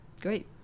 Great